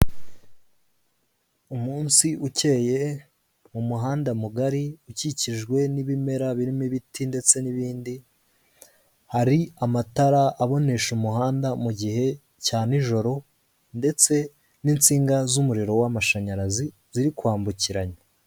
Umunsi ukeye mu muhanda mugari ukikijwe n'ibimera birimo ibiti ndetse n'ibindi, hari amatara abonesha umuhanda mu gihe cya nijoro ndetse n'insinga z'umuriro w'amashanyarazi ziri kwambukiranya.